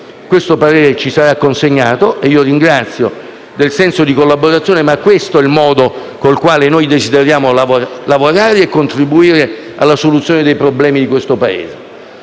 il parere ci sarà consegnato e io ringrazio per la collaborazione, ma questo è il modo con il quale noi desideriamo lavorare e contribuire alla soluzione dei problemi del nostro Paese.